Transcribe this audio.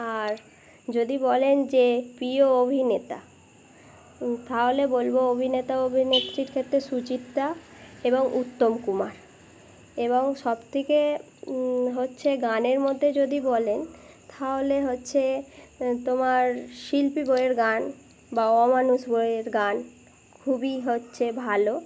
আর যদি বলেন যে প্রিয় অভিনেতা তাহলে বলবো অভিনেতা অভিনেত্রির ক্ষেত্রে সুচিত্রা এবং উত্তমকুমার এবং সবথেকে হচ্ছে গানের মধ্যে যদি বলেন তাহলে হচ্ছে তোমার শিল্পী বইয়ের গান বা অমানুষ বইয়ের গান খুবই হচ্ছে ভালো